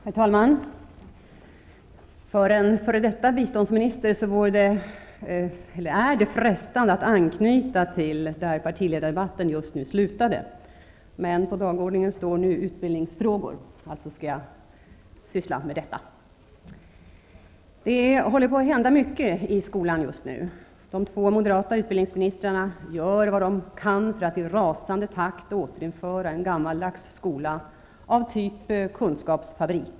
Herr talman! För en f.d. biståndsminister är det frestande att ansluta där partiledardebatten just slutade. Men på dagordningen står nu utbildningsfrågor, och jag skall alltså tala om detta. Det håller på att hända mycket i skolan just nu. De två moderata utbildningsministrarna gör vad de kan för att i rasande takt återinföra en gammaldags skola av typ kunskapsfabrik.